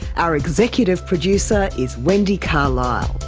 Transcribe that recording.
our executive producer is wendy carlisle.